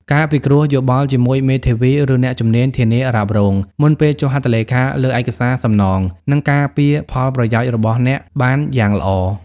ការពិគ្រោះយោបល់ជាមួយ មេធាវី ឬអ្នកជំនាញធានារ៉ាប់រង មុនពេលចុះហត្ថលេខាលើឯកសារសំណង នឹងការពារផលប្រយោជន៍របស់អ្នកបានយ៉ាងល្អ។